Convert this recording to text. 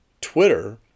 Twitter